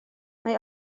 mae